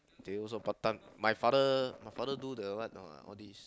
they also part time my father my father do the what know all these